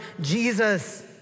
Jesus